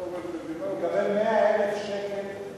הוא מקבל 100,000 שקל,